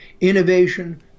innovation